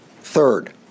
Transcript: Third